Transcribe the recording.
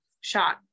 shot